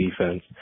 defense